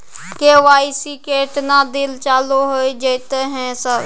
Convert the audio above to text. KYC केतना दिन चालू होय जेतै है सर?